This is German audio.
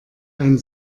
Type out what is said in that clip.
ein